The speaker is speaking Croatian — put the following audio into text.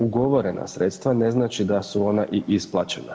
Ugovorena sredstva ne znači da su ona i isplaćena.